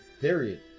Period